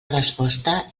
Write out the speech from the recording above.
resposta